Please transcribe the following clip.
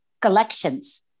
collections